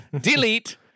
delete